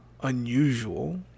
unusual